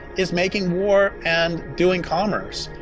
is making war and doing commerce.